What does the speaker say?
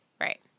Right